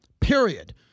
period